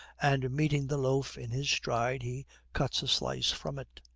and, meeting the loaf in his stride, he cuts a slice from it.